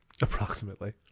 Approximately